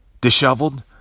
disheveled